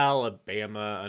Alabama